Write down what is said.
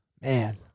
Man